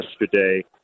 yesterday